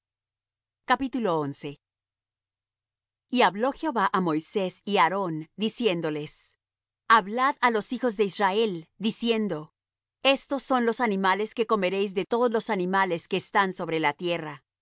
por satisfecho y hablo jehová á moisés y á aarón diciéndoles hablad á los hijos de israel diciendo estos son los animales que comeréis de todos los animales que están sobre la tierra